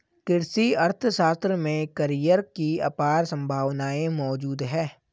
कृषि अर्थशास्त्र में करियर की अपार संभावनाएं मौजूद है